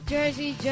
Jersey